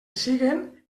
siguen